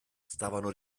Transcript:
stavano